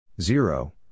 Zero